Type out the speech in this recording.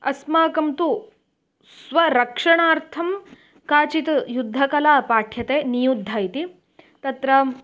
अस्माकं तु स्वरक्षणार्थं काचित् युद्धकला पाठ्यते नियुद्ध इति तत्र